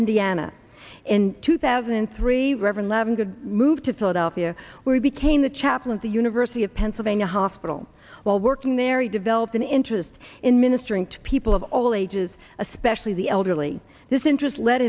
indiana in two thousand and three reverend levin good move to philadelphia where he became the chaplain the university of pennsylvania hospital while working there he developed an interest in ministering to people of all ages especially the elderly this interest led